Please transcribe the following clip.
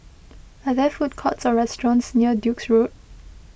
are there food courts or restaurants near Duke's Road